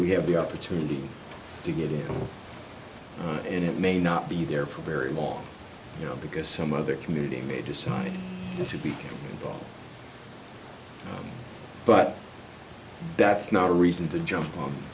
we have the opportunity to get in and it may not be there for very long you know because some other community may decide to be involved but that's not a reason to jump